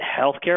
healthcare